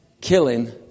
killing